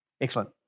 Excellent